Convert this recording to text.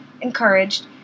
encouraged